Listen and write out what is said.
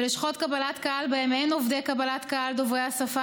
בלשכות קבלת קהל שבהן אין עובדי קבלת קהל שהם דוברי השפה